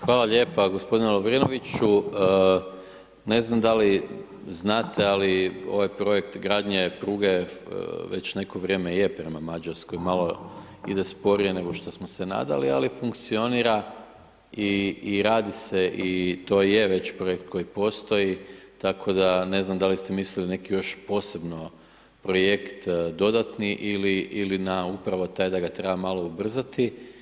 Hvala lijepa. g. Lovrinoviću, ne znam da li znate, ali ovaj projekt gradnje pruge već neko vrijeme je prema Mađarskoj, malo ide sporije nego što smo se nadali, ali funkcionira i radi se i to je već projekt koji postoji, tako da ne znam da li ste mislili neki još posebno projekt dodatni ili na upravo taj da ga treba malo ubrzati.